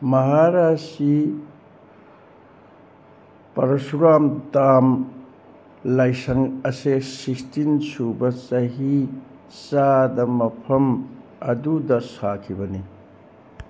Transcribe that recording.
ꯃꯍꯥꯔꯥꯁꯤ ꯄꯔꯁꯨꯔꯥꯝꯇꯥꯝ ꯂꯥꯏꯁꯪ ꯑꯁꯦ ꯁꯤꯛꯁꯇꯤꯟ ꯁꯨꯕ ꯆꯍꯤ ꯆꯥꯗ ꯃꯐꯝ ꯑꯗꯨꯗ ꯁꯥꯈꯤꯕꯅꯤ